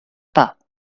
pas